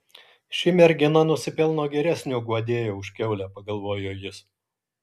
ši mergina nusipelno geresnio guodėjo už kiaulę pagalvojo jis